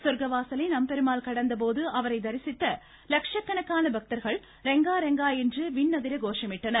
சொர்க்கவாசலை நம்பெருமாள் கடந்த போது அவரை தரிசித்த லட்சக்கணக்கான பக்தர்கள் ரெங்கா ரெங்கா என்று விண்ணதிர கோஷமிட்டனர்